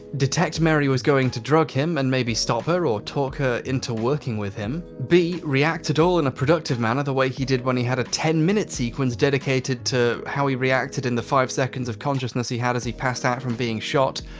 detect mary was going to drug him and maybe stop her, or talk her into working with him. b. react at all in a productive manner the way he did when he had a ten minute sequence dedicated to how he reacted in the five seconds of consciousness he had as he passed out from being shot.